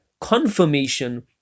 confirmation